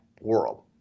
world